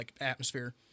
atmosphere